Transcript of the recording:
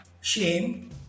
shame